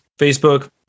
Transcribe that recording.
Facebook